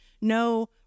no